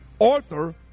Arthur